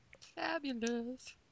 Fabulous